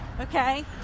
Okay